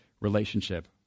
relationship